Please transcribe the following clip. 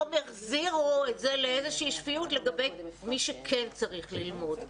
כולנו פתאום החזירו את זה לאיזושהי שפיות לגבי מי שכן צריך ללמוד.